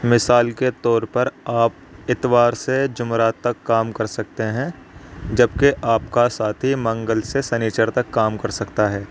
مثال کے طور پر آپ اتوار سے جمعرات تک کام کر سکتے ہیں جب کہ آپ کا ساتھی منگل سے شنیچر تک کام کر سکتا ہے